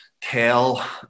tell